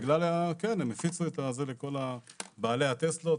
הם הפיצו את זה לכל בעלי הטסלות,